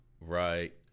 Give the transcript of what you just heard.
right